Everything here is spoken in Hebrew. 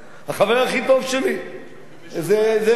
החבר הכי טוב שלי זה שוקן,